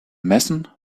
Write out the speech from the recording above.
messen